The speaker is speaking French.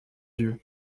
dieu